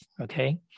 okay